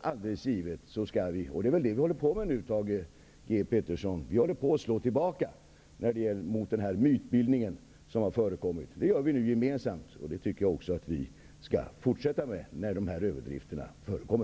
Alldeles givet skall vi gemensamt slå tillbaka -- och det är det vi håller på med nu, Thage G Peterson -- mot den mytbildning som har förekommit. Jag tycker att vi skall fortsätta med detta när dessa överdrifter förekommer.